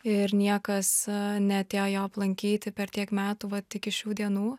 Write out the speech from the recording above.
ir niekas neatėjo jo aplankyti per tiek metų vat iki šių dienų